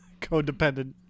Codependent